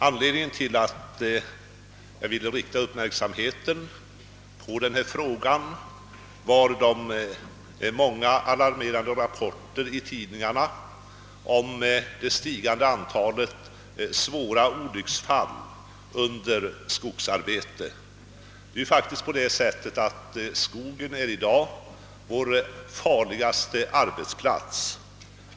Anledningen till att jag aktualiserade denna fråga är de många alarmerande rapporterna i pressen om det stigande antalet svåra olycksfall under skogsarbete. Skogen är i dag vår farligaste arbetsplats.